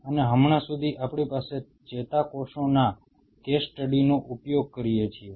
અને હમણાં સુધી આપણી પાસે ચેતાકોષોના કેસ સ્ટડીનો ઉપયોગ કરીએ છીએ